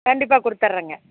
கண்டிப்பாக கொடுத்துறேங்க